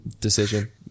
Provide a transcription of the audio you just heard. decision